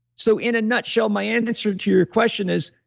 so in a nutshell, my and answer to your question is,